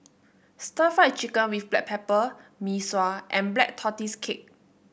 stir Fry Chicken with Black Pepper Mee Sua and Black Tortoise Cake